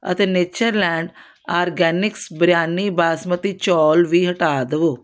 ਅਤੇ Natureland organics biryani basmati ਚੌਲ ਵੀ ਹਟਾ ਦੇਵੋ